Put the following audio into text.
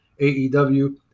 AEW